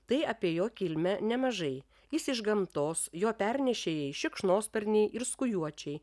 tai apie jo kilmę nemažai jis iš gamtos jo pernešėjai šikšnosparniai ir skujuočiai